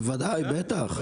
בוודאי, בטח.